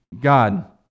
God